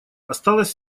осталось